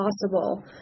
possible